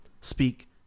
speak